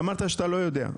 ואמרת שאתה לא יודע.